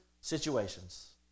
situations